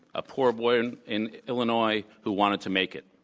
a poor boy and in illinois who wanted to make it.